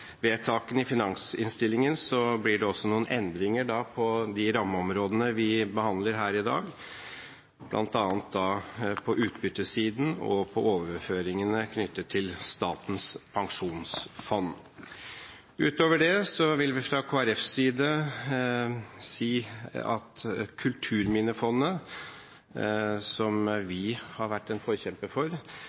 i finansinnstillingen blir det noen endringer på de rammeområdene vi behandler her i dag, bl.a. på utbyttesiden og overføringene knyttet til Statens pensjonsfond utland. Utover det vil vi fra Kristelig Folkepartis side si at Kulturminnefondet, som vi har vært en forkjemper for,